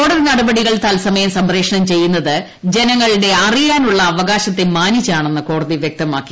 കോടതി നടപടികൾ ത്രത്സമയം സംപ്രേക്ഷണം ചെയ്യുന്നത് ജനങ്ങളുടെ അറിയാനുള്ള അവകാശത്തെ മാനിച്ചാണെന്ന് കോടതി വൃക്തമാക്കി